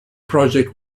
project